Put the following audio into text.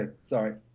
sorry